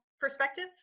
perspective